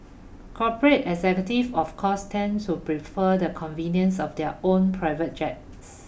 corporate executive of course tend so prefer the convenience of their own private jets